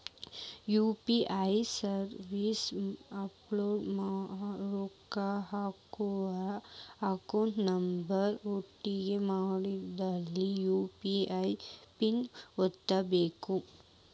UPI service app ರೊಕ್ಕ ಹಾಕೋರ್ account number entry ಮಾಡಿದ್ಮ್ಯಾಲೆ ಯು.ಪಿ.ಐ ಪಿನ್ ಒತ್ತಬೇಕು